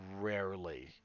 rarely